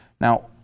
Now